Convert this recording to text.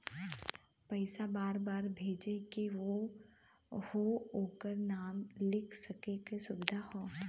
पइसा बार बार भेजे के हौ ओकर नाम लिख सके क सुविधा हौ